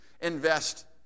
invest